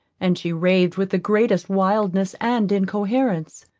and she raved with the greatest wildness and incoherence.